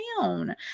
down